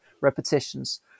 repetitions